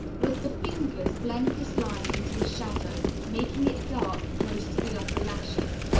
with the fingers blend this line into a shadow, making it dark close to the upper lashes.